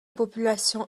population